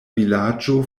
vilaĝo